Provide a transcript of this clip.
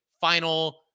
final